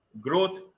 growth